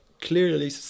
clearly